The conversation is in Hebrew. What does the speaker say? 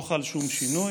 לא חל שום שינוי,